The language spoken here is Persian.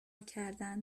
کردن